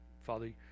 Father